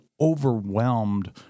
overwhelmed